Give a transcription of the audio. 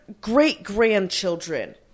great-grandchildren